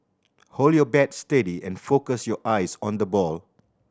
hold your bat steady and focus your eyes on the ball